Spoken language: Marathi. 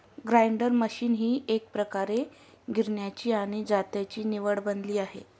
ग्राइंडर मशीन ही एकप्रकारे गिरण्यांची आणि जात्याची निवड बनली आहे